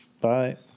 Bye